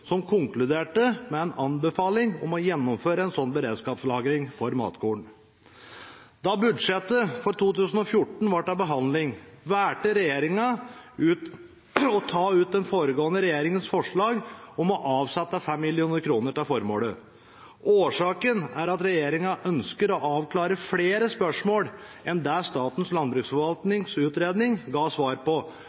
konkluderte med en anbefaling om å gjeninnføre en slik beredskapslagring for matkorn. Da budsjettet for 2014 var til behandling, valgte regjeringen å ta ut den foregående regjeringens forslag om å avsette 5 mill. kr til formålet. Årsaken er at regjeringen ønsker å avklare flere spørsmål enn det Statens landbruksforvaltnings utredning ga svar på,